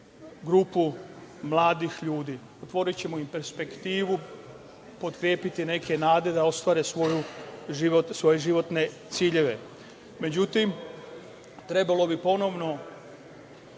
grupu mladih ljudi, otvorićemo im perspektivu, potkrepiti neke nade da ostvare svoje životne ciljeve.Međutim, trebalo bi ponovo,